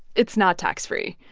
it's not tax-free.